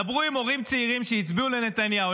דברו עם הורים צעירים שהצביעו לנתניהו.